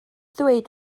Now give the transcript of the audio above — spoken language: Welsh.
ddweud